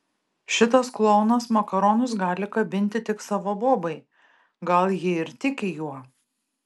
šitas klounas makaronus gali kabinti tik savo bobai gal ji ir tiki juo